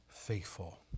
faithful